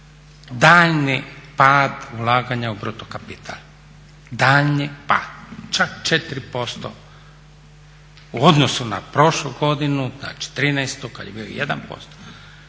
daljnji pad ulaganja u bruto kapital, daljnji pad, čak 4% u odnosu na prošlu godinu, znači 2013. kad je bio 1%,